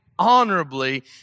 honorably